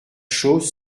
chose